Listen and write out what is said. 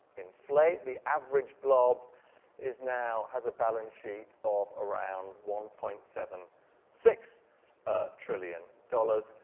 inflate the average blob is now has a balance sheet of around one point seven six ah trillion dollars,